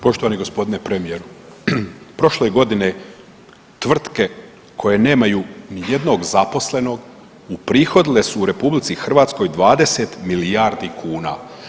Poštovani gospodine premijeru, prošle godine tvrtke koje nemaju ni jednog zaposlenog uprihodile su u RH 20 milijuna kuna.